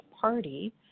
party